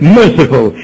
merciful